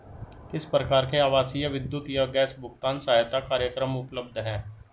किस प्रकार के आवासीय विद्युत या गैस भुगतान सहायता कार्यक्रम उपलब्ध हैं?